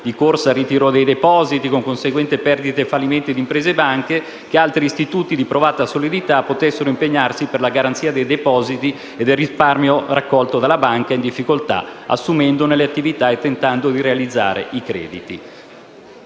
di corsa al ritiro dei depositi (con conseguenti perdite e fallimenti di imprese e banche), che altri istituti di provata solidità potessero impegnarsi per la garanzia dei depositi e del risparmio raccolto dalla banca in difficoltà, assumendone le attività e tentando di realizzare i crediti.